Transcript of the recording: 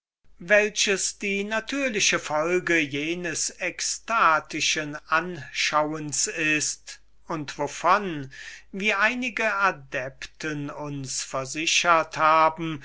welches die natürliche folge jenes ekstatischen anschauens ist und wovon wie einige adepten uns versichert haben